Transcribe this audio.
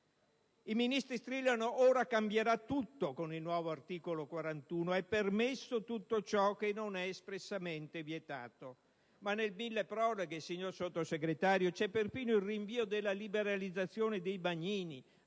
I Ministri strillano che ora cambierà tutto con il nuovo articolo 41, sarà permesso tutto ciò che non è espressamente vietato. Ma nel milleproroghe, signor Sottosegretario, c'è perfino il rinvio della liberalizzazione dei bagnini.